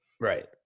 Right